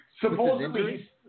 Supposedly